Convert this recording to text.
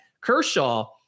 Kershaw